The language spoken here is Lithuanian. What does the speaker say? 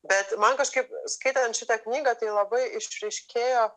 bet man kažkaip skaitant šitą knygą tai labai išryškėjo